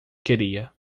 queria